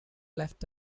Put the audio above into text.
left